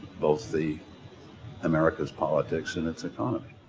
both the america's politics and its economy.